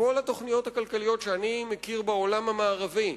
מכל התוכניות הכלכליות שאני מכיר בעולם המערבי,